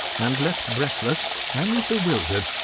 and left, breathless and bewildered,